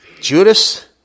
Judas